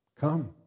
come